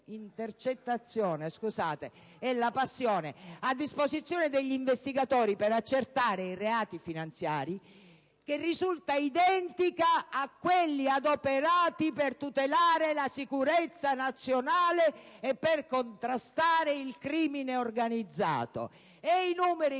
intercettazione a disposizione degli investigatori per accertare i reati finanziari, che risultano identici a quelli adoperati per tutelare la sicurezza nazionale e contrastare il crimine organizzato. E i numeri